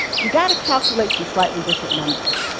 you've got to calculate some slightly different numbers.